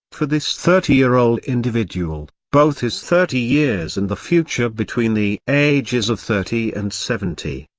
for this thirty year old individual, both his thirty years and the future between the ages of thirty and seventy,